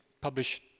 publish